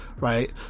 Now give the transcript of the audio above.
right